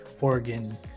oregon